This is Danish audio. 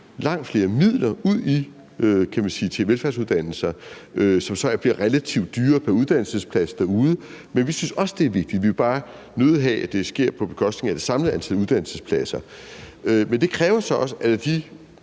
langt flere midler til velfærdsuddannelser, som så bliver relativt dyrere pr. uddannelsesplads derude. Vi synes også, det er vigtigt; vi vil bare nødig have, at det sker på bekostning af det samlede antal uddannelsespladser. Det kræver så også – nu